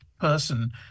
person